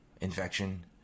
infection